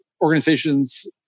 organizations